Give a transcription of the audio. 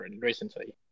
recently